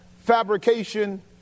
fabrication